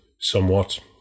somewhat